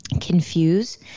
confuse